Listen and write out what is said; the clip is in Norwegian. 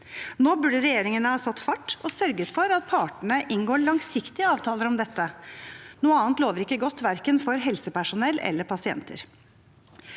Nå burde regjeringen ha satt fart og sørget for at partene inngår langsiktige avtaler om dette. Noe annet lover ikke godt, verken for helsepersonell eller for pasienter.